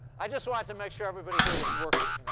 i just wanted to make sure everybody here was working, you know?